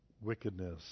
wickedness